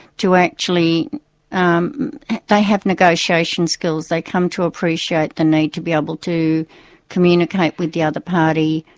to actually um they have negotiation skills, they come to appreciate the need to be able to communicate with the other party,